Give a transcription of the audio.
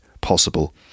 possible